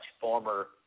former